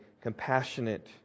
compassionate